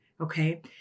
Okay